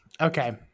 okay